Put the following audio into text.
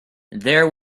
there